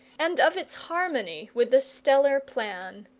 and of its harmony with the stellar plan.